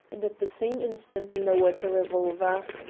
and at the same instant lowered the revolver.